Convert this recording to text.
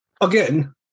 Again